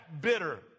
bitter